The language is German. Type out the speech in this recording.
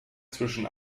zwischen